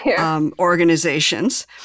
organizations